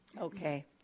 Okay